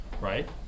right